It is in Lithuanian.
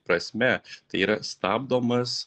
prasme tai yra stabdomas